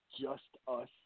just-us